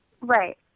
Right